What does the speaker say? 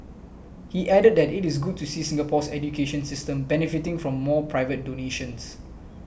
he added that it is good to see Singapore's education system benefiting from more private donations